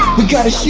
we got his shoes!